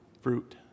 fruit